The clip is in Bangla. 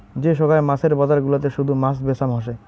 যে সোগায় মাছের বজার গুলাতে শুধু মাছ বেচাম হসে